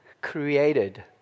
created